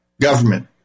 government